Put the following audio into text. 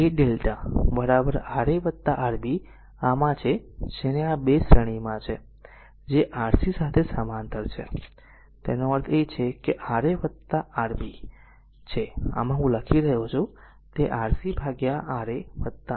તેથી a Δ r Ra Rb આમાં છે r જેને આ છે તે આ 2 શ્રેણીમાં છે જે Rc સાથે સમાંતર છે તેનો અર્થ એ છે કે તે Ra r Rb છે આમાં હું લખી રહ્યો છું તે Rc ભાગ્યા Ra Rb Rc છે